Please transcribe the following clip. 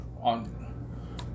on